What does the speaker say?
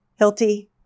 Hilti